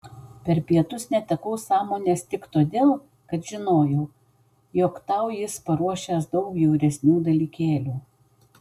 per pietus netekau sąmonės tik todėl kad žinojau jog tau jis paruošęs daug bjauresnių dalykėlių